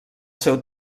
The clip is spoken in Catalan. seu